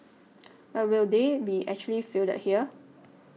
but will they be actually fielded here